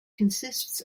consists